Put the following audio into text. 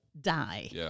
die